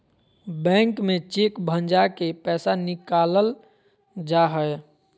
bank में cheque भंजा के पैसा निकालल जा हय